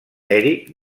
eric